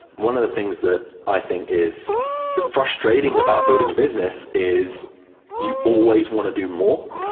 one of the things that i think is frustrating about building a business is you always want to do more.